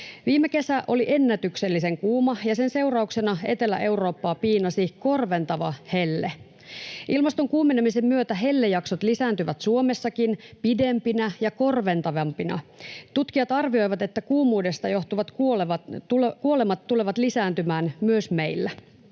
Viime kesä oli ennätyksellisen kuuma, ja sen seurauksena Etelä-Eurooppaa piinasi korventava helle. Ilmaston kuumenemisen myötä hellejaksot lisääntyvät Suomessakin pidempinä ja korventavampina. Tutkijat arvioivat, että kuumuudesta johtuvat kuolemat tulevat lisääntymään myös meillä.